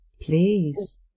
Please